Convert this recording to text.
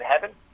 heaven